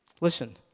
Listen